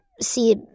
see